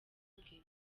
bwe